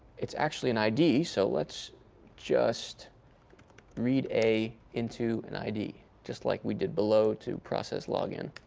it's actually an id. so let's just read a into an id just like we did below to process login.